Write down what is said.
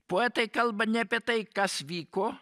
poetai kalba ne apie tai kas vyko